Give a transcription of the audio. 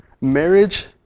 marriage